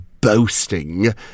boasting